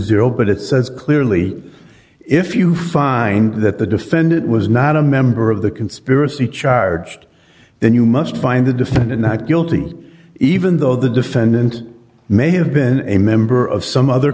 zero but it says clearly if you find that the defendant was not a member of the conspiracy charged then you must find the defendant not guilty even though the defendant may have been a member of some other